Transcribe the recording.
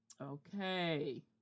Okay